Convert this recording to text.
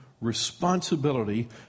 responsibility